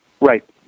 Right